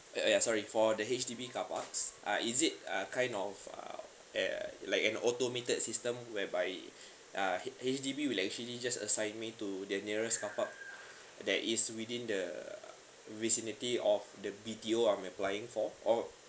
uh uh ya sorry for the H_D_B carparks uh is it uh kind of uh uh like an automated system whereby uh H_D_B will actually just assign me to the nearest carpark that is within the vicinity of the B_T_O I'm applying for or